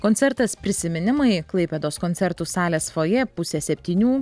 koncertas prisiminimai klaipėdos koncertų salės fojė pusė septynių